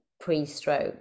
pre-stroke